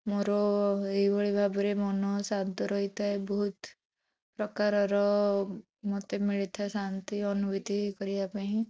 ମୋର ଏଇଭଳି ଭାବରେ ମନ ଶାନ୍ତ ରହିଥାଏ ବହୁତ ପ୍ରକାରର ମୋତେ ମିଳିଥାଏ ଶାନ୍ତି ଅନୁଭୂତି କରିବା ପାଇଁ